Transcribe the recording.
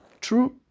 True